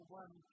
one